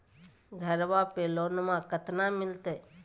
घरबा पे लोनमा कतना मिलते?